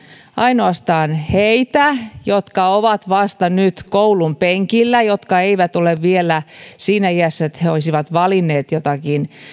ainoastaan heitä jotka ovat nyt vasta koulunpenkillä jotka eivät ole vielä siinä iässä että olisivat valinneet jotakin